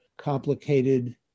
Complicated